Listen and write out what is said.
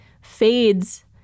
fades